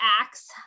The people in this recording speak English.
acts